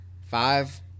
five